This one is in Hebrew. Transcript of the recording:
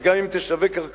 אז גם אם תשווק קרקעות,